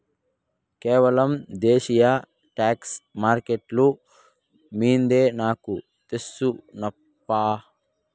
కేవలం దేశీయ స్టాక్స్ మార్కెట్లు మిందే నాకు తెల్సు నప్పా